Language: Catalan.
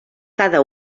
cada